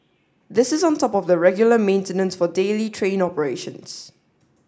this is on top of the regular maintenance for daily train operations